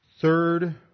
third